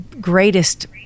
greatest